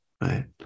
right